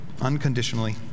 unconditionally